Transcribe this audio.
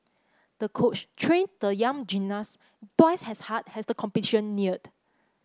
the coach trained the young gymnast twice as hard as the competition neared